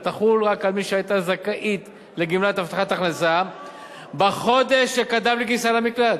תחול רק על מי שהיתה זכאית לגמלת הבטחת הכנסה בחודש שקדם לכניסה למקלט.